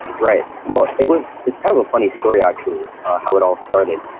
right? well, it was it's kind of a funny story actually how it all started.